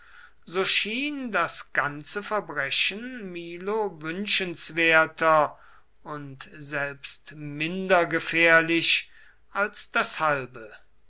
so schien das ganze verbrechen milo wünschenswerter und selbst minder gefährlich als das halbe